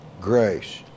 grace